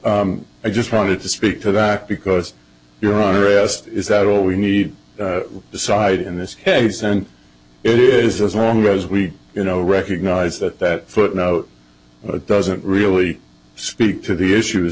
so i just wanted to speak to that because your honor as is that all we need to decide in this case and it is as long as we you know recognize that that footnote doesn't really speak to the issues